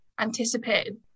anticipated